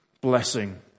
blessing